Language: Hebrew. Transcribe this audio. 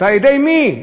ועל-ידי מי?